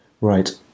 Right